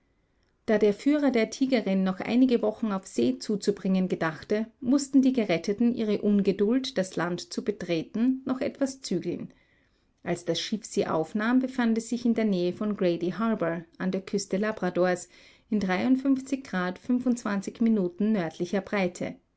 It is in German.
da der führer der tigerin noch einige wochen auf see zuzubringen gedachte mußten die geretteten ihre ungeduld das land zu betreten noch etwas zügeln als das schiff sie aufnahm befand es sich in der nähe von grady harbor an der küste labradors in minuten nördlicher breite